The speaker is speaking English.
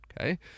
Okay